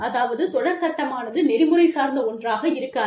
அதாவது தொடர் சட்டமானது நெறிமுறை சார்ந்த ஒன்றாக இருக்காது